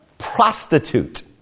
prostitute